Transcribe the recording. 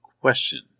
question